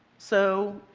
so